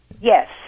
Yes